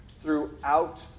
throughout